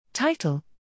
Title